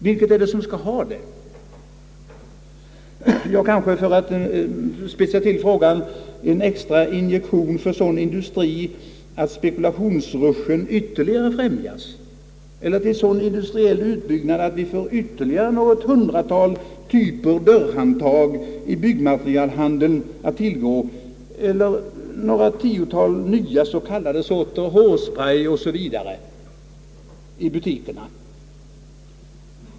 Jag kanske för att spetsa till det litet extra kan fråga om man skall ge en injektion till sådan industri att spekula tionsrushen ytterligare främjas eller till sådan industriell utbyggnad att vi får ytterligare något hundratal typer av dörrhandtag att tillgå i byggnadsmaterielbranschen eller att vi får ett tiotal nya s.k. sorter hårspray i butikerna.